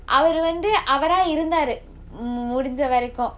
அவரு வந்து அவரா இருந்தாரு முடிஞ்சவரைக்கும்:avaru vanthu avara irunthaaru mudinchavaraikkum